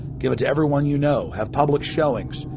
give it to everyone you know. have public showings,